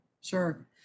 Sure